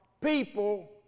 people